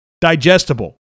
digestible